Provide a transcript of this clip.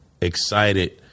excited